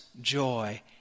joy